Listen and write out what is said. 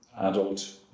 adult